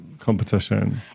competition